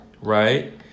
Right